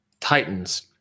Titans